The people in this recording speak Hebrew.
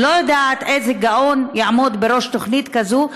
אני לא יודעת איזה גאון יעמוד בראש תוכנית כזאת,